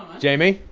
jayme?